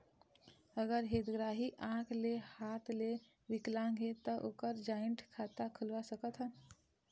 अगर हितग्राही आंख ले हाथ ले विकलांग हे ता ओकर जॉइंट खाता खुलवा सकथन?